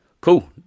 Cool